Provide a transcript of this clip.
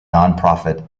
nonprofit